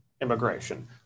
immigration